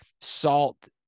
salt